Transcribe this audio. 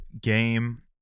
game